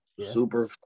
Super